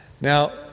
Now